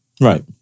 Right